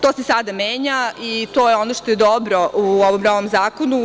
To se sada menja i to je ono što je dobro u ovom novom zakonu.